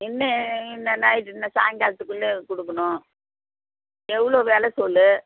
என்ன இன்ன நைட்டு இன்ன சாய்ங்காலத்துக்குள்ளே கொடுக்கணும் எவ்வளோ வில சொல்